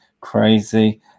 crazy